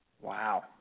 Wow